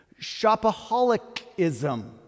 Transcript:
Shopaholicism